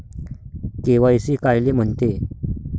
KYC कायले म्हनते?